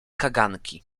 kaganki